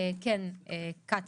כן, קטיה,